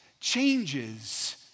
changes